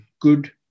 good